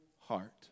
heart